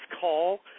call